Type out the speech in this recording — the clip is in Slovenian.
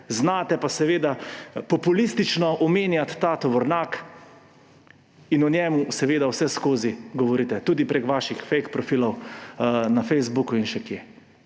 znate pa seveda populistično omenjati ta tovornjak in o njem vseskozi govorite, tudi prek vaših fejk profilov na Facebooku in še kje.